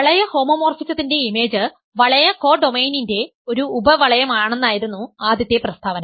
വളയ ഹോമോമോർഫിസത്തിന്റെ ഇമേജ് വളയ കോഡോമെയ്നിന്റെ ഒരു ഉപവളയമാണെന്നായിരുന്നു ആദ്യത്തെ പ്രസ്താവന